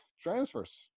transfers